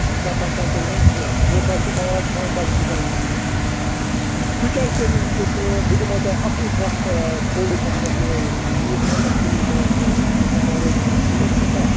پَنٛژاہ پَنٛژاہ کِلوٕنۍ زٕ گوٚو توہہِ چھُو ماز کوینٛٹَل چھُو تۄہہِ نیٛن تُہۍ کیٛازِ کٔریٛو نہٕ تُہۍ کٲم بہٕ دِمہو تۄہہِ اَکُے کَٹھ ٲں بوٚڈٕے پہنتھ یِہوے شیٖتھ نَمَتھ کِلوٗ تانۍ تہٕ مےٚ باسان تۄہہِ روزوٕ سُہ ٹھیٖک کِنہٕ نَہ